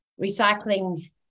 recycling